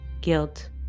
guilt